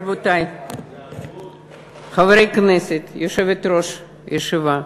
רבותי חברי הכנסת, יושבת-ראש הישיבה,